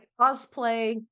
cosplay